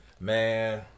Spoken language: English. man